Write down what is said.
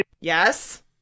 Yes